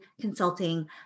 consulting